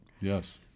Yes